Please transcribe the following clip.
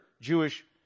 jewish